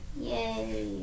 Yay